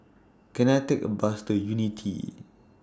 Can I Take A Bus to Unity